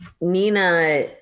Nina